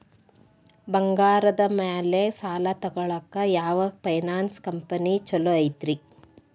ಬಂಗಾರದ ಮ್ಯಾಲೆ ಸಾಲ ತಗೊಳಾಕ ಯಾವ್ ಫೈನಾನ್ಸ್ ಕಂಪನಿ ಛೊಲೊ ಐತ್ರಿ?